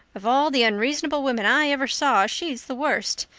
of all the unreasonable women i ever saw she's the worst.